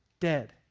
Dead